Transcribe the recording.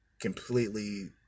completely